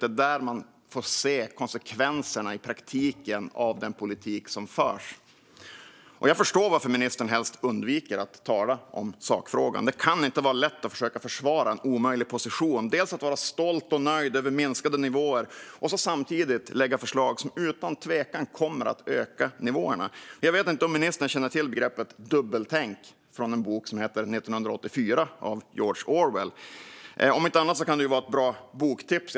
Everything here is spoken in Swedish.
Det är där man i praktiken får se konsekvenserna av den politik som förs. Jag förstår varför ministern helst undviker att tala om sakfrågan. Det kan inte vara lätt att försöka försvara en omöjlig position: dels vara stolt och nöjd över minskade nivåer, dels lägga fram förslag som utan tvekan kommer att öka nivåerna. Jag vet inte om ministern känner till begreppet "dubbeltänk" från en bok som heter 1984 av George Orwell. Om inte annat kan det vara ett bra boktips.